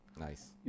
Nice